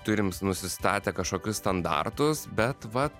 turim nusistatę kažkokius standartus bet va